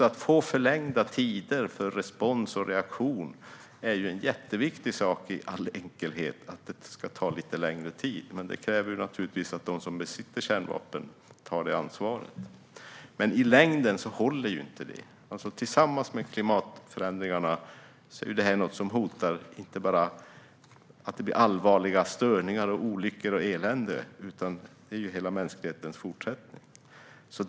Att få förlängda tider för respons och reaktion, så att det ska ta lite längre tid, är en jätteviktig sak i all enkelhet. Detta kräver dock naturligtvis att de som besitter kärnvapen tar det ansvaret. Men i längden håller inte det. Tillsammans med klimatförändringarna är detta något som inte bara riskerar att innebära allvarliga störningar, olyckor och elände utan hotar hela mänsklighetens fortlevnad.